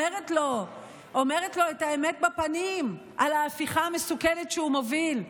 את האמת בפנים על ההפיכה המסוכנת שהוא מוביל,